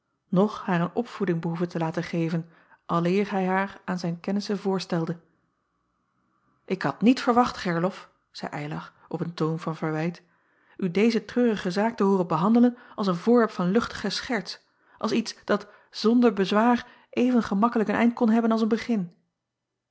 noch haar een opvoeding behoeven te laten geven aleer hij haar aan zijne kennissen voorstelde k had niet verwacht erlof zeî ylar op een toon van verwijt u deze treurige zaak te hooren behandelen als een voorwerp van luchtige scherts als iets dat zonder bezwaar even gemakkelijk een eind kon hebben als een begin